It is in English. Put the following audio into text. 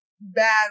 bad